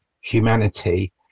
humanity